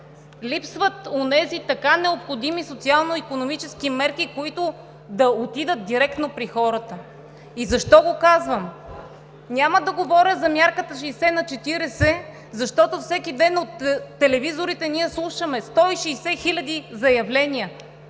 липсват онези така необходими социално-икономически мерки, които да отидат директно при хората. Защо го казвам? Няма да говоря за мярката 60/40, защото всеки ден от телевизорите слушаме: „160 000 заявления.“